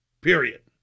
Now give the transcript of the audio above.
Period